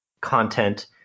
content